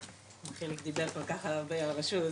יחיאל דיבר כל כך הרבה על הרשות.